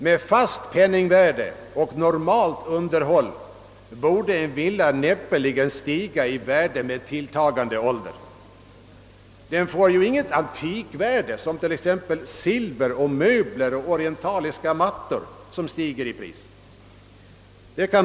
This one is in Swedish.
Med fast penningvärde och normalt underhåll borde en villa näppeligen stiga i värde med tilltagande ålder. Den får inte något antikvärde som t.ex. silver, möbler och orientaliska mattor.